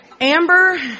Amber